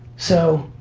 so,